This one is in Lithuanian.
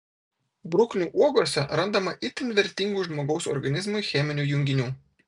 bruknių uogose randama itin vertingų žmogaus organizmui cheminių junginių